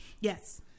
Yes